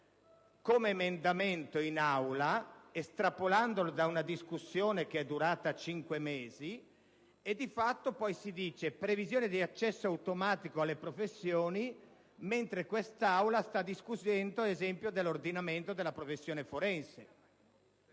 un emendamento in Aula, estrapolandolo da una discussione che è durata cinque mesi. In esso si parla della «previsione di accesso automatico alle professioni», mentre quest'Aula sta discutendo ad esempio dell'ordinamento della professione forense.